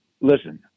listen